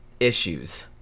issues